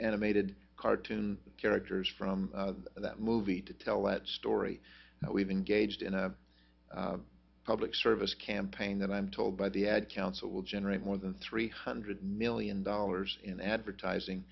animated cartoon characters from that movie to tell that story we've engaged in a public service campaign that i'm told by the ad council will generate more than three hundred million dollars in advertising